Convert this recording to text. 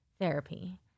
therapy